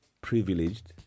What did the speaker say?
privileged